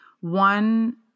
One